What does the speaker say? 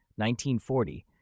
1940